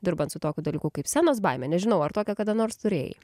dirbant su tokiu dalyku kaip scenos baimė nežinau ar tokią kada nors turėjai